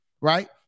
Right